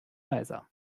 leiser